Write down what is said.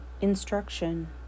Instruction